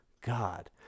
God